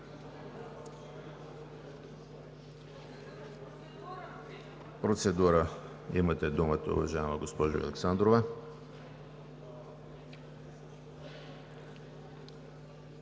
Процедура. Имате думата, уважаема госпожо Александрова.